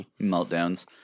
meltdowns